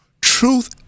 Truth